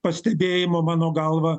pastebėjimo mano galva